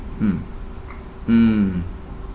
mm mm